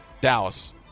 Dallas